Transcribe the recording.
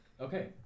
okay